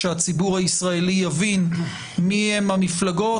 כשהציבור הישראלי יבין מי הן המפלגות,